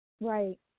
Right